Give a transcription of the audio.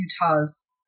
Utah's